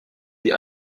die